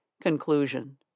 Conclusion